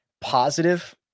positive